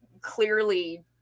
clearly